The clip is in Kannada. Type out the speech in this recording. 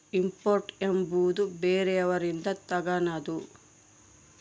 ಇಂಪೋರ್ಟ್ ಎಂಬುವುದು ಬೇರೆಯವರಿಂದ ತಗನದು